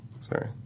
Sorry